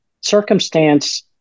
circumstance